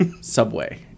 Subway